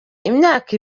imyaka